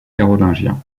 carolingiens